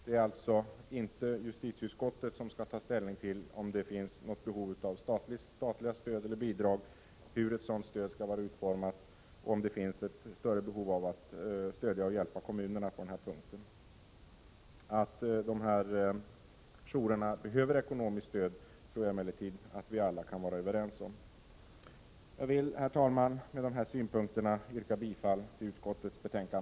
Det är alltså inte justitieutskottet som skall ta ställning till om det finns något behov av statliga stöd eller bidrag, hur ett stöd skall utformas och om det finns ett större behov av att hjälpa kommunerna på den här punkten. Att jourerna behöver ekonomiskt stöd tror jag emellertid att vi alla kan vara överens om. Jag vill, herr talman, med dessa synpunkter yrka bifall till utskottets hemställan.